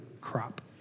crop